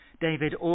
David